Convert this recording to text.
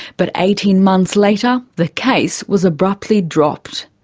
but eighteen months later, the case was abruptly dropped.